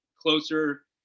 closer